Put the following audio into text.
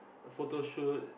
photoshoot